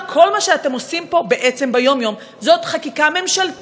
כל מה שאתם עושים פה בעצם ביום-יום זה חקיקה ממשלתית.